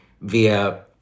via